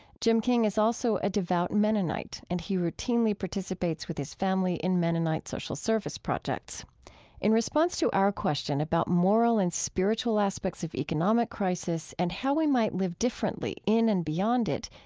jim king is also a devout mennonite, and he routinely participates with his family in mennonite social service projects in response to our question about moral and spiritual aspects of economic crisis and how we might live differently in and beyond it,